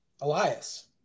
Elias